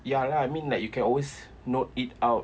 ya lah I mean like you can always note it out